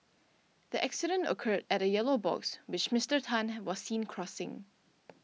the accident occurred at a yellow box which Mister Tan was seen crossing